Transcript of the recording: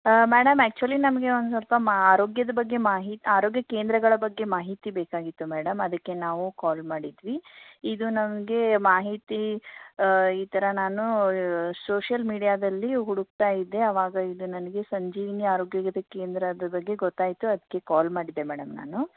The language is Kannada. ಮೇಡಮ್ ಆ್ಯಕ್ಚುಲಿ ನಮಗೆ ಒಂದು ಸ್ವಲ್ಪ ಮಾ ಆರೋಗ್ಯದ ಬಗ್ಗೆ ಮಾಹಿ ಆರೋಗ್ಯ ಕೇಂದ್ರಗಳ ಬಗ್ಗೆ ಮಾಹಿತಿ ಬೇಕಾಗಿತ್ತು ಮೇಡಮ್ ಅದಕ್ಕೆ ನಾವು ಕಾಲ್ ಮಾಡಿದ್ವಿ ಇದು ನಮಗೆ ಮಾಹಿತಿ ಈ ಥರ ನಾನು ಸೋಶಿಯಲ್ ಮೀಡಿಯಾದಲ್ಲಿ ಹುಡುಕ್ತಾ ಇದ್ದೆ ಆವಾಗ ಇದು ನನಗೆ ಸಂಜೀವಿನಿ ಆರೋಗ್ಯ ಕೇಂದ್ರದ ಬಗ್ಗೆ ಗೊತ್ತಾಯಿತು ಅದಕ್ಕೆ ಕಾಲ್ ಮಾಡಿದ್ದೆ ಮೇಡಮ್ ನಾನು